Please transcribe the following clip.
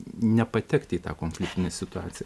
nepatekti į tą konfliktinę situaciją